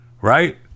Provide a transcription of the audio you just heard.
right